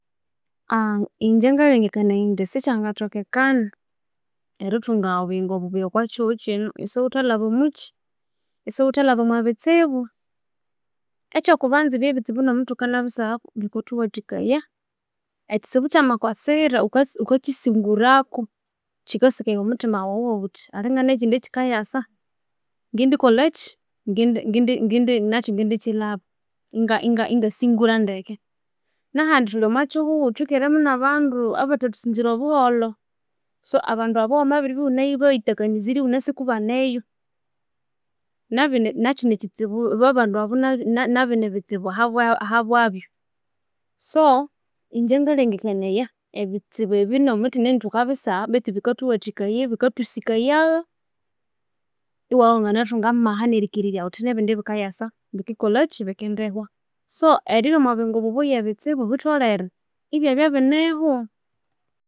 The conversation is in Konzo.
Ingye ngalhengekanaya indi sikyangathokekana erithunga obuyingo bubuya okwa kihugho kino isighuthalhaba omuki isighuthalhaba omwa bistibu, ekyokubanza ibyo ebistibu nomu thukanabisagha bikathuwathikaya ekitsibu kya makwasira ghukakisingurako kikasikaya omuthima waghu iwabugha ghuthi alhinga nekindi ekikasa ngendikikolhaki ngende ngende nakyu ngendikilhaba inga inga ingasingura ndeke na handi thulhi omwa kihugho thwikeremu na bandu abathethusinzira obuholho so abandu abu wamabiribya ighunebiyithakanizirye ighunasi kubaneyo nabune nabyu nibitsibu ahawabyo, so ingye ngalhengekanaya ebitsibu ebi no mukine indi thukabisagha bethu bikathuwathikaya, bikathusikaya iwabya wanginathunga amaha ghuthi nebindi ebikasa bikakolhaki bikindihwa so eribya omwa buyingo bubuya lhitholhere ebitsibu ebyabya bineho.